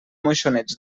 moixonets